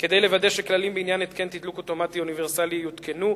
כדי לוודא שכללים בעניין התקן תדלוק אוטומטי אוניברסלי יותקנו,